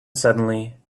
suddenly